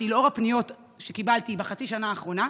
לאור הפניות שקיבלתי בחצי השנה האחרונה,